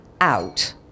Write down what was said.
out